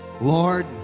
Lord